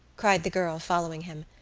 cried the girl, following him.